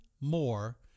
more